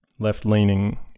Left-leaning